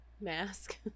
Mask